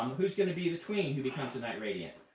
um who's going to be the tween who becomes a knight radiant?